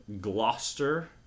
gloucester